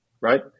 right